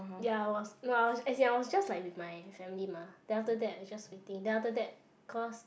ya I was no I was as in I was just like with my family mah then after that I just waiting then after that because